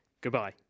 goodbye